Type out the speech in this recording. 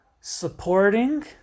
supporting